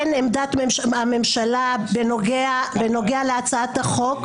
אין עמדת ממשלה בנוגע להצעת החוק,